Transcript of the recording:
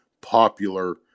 popular